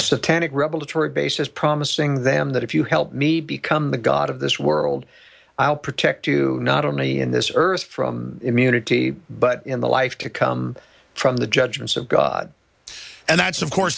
satanic rebel tour basis promising them that if you help me become the god of this world i'll protect you not only in this earth from immunity but in the life to come from the judgments of god and that's of course